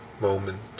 moment